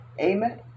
Amen